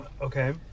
Okay